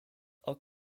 are